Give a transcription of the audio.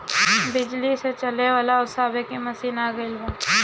बिजली से चले वाला ओसावे के मशीन आ गइल बा